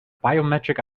biometric